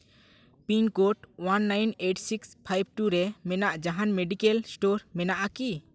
pin code one nine eight six five two ᱨᱮ ᱢᱮᱱᱟᱜ ᱡᱟᱦᱟᱱ ᱢᱮᱰᱤᱠᱮᱞ ᱥᱴᱳᱨ ᱢᱮᱱᱟᱜᱼᱟ ᱠᱤ